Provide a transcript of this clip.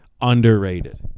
underrated